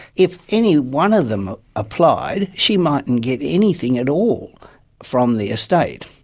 if any one of them applied she mightn't get anything at all from the estate.